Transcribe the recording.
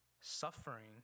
Suffering